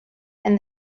and